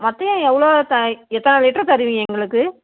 மொத்தம் எவ்வளோ தய் எத்தனை லிட்ரு தருவீங்க எங்களுக்கு